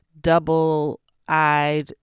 double-eyed